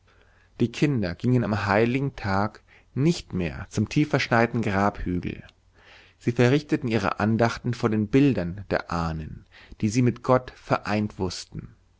die kinder gingen am heiligen tag nicht mehr zum tiefverschneiten grabhügel sie verrichteten ihre andachten vor den bildern der ahnen die sie mit gott vereint wußten